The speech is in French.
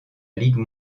ligue